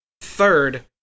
Third